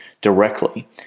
directly